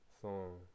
song